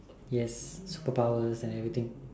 yes superpowers and everything